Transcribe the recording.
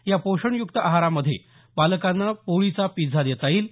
या पोषण युक्त आहारामध्ये बालकांना पोळीचा पिझ्झा देता येईल